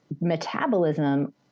metabolism